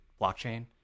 blockchain